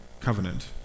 covenant